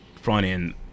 front-end